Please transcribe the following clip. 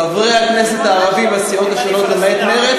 חברי הכנסת הערבים מהסיעות השונות, למעט מרצ,